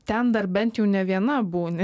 ten dar bent jau ne viena būni